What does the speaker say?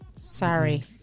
Sorry